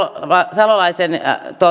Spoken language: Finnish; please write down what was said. salolaisen